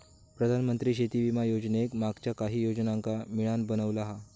प्रधानमंत्री शेती विमा योजनेक मागच्या काहि योजनांका मिळान बनवला हा